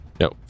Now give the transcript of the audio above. No